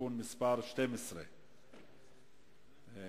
הענקת אזרחות